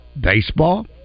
baseball